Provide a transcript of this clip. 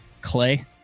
clay